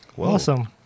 Awesome